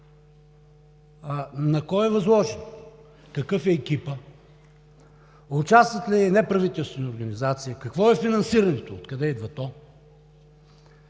На кого е възложено, какъв е екипът, участват ли неправителствени организации? Какво е финансирането, откъде идва то,